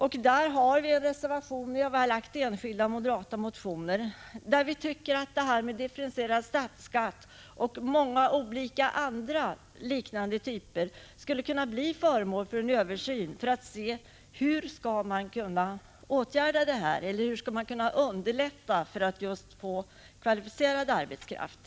Vi har i en reservation — vi har bara väckt enskilda moderata motioner — anfört att förslaget om differentierad statsskatt och många andra liknande 9 Prot. 1985/86:148 förslag borde bli föremål för en översyn i syfte att underlätta anskaffandet av kvalificerad arbetskraft.